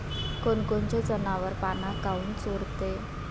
कोनकोनचे जनावरं पाना काऊन चोरते?